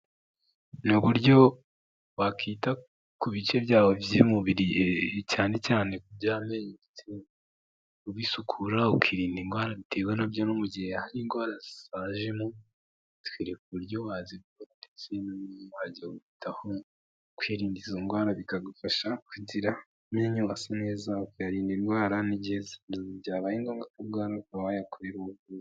Ni uburyo wakwita ku bice byawo vumubiri cyane cyanee by'a ubisukura ukirinda ingwara bitewe nabyo no mu gihe indwara zajemotwereka uburyo wazikora ndetsejya wihita kwirinda izo ndwara bikagufasha kugiramenyo wasa nezabyarinda indwara ni byiza byabaye ngombwa ubwa wayakorera umuvuzi.